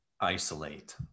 isolate